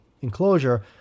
enclosure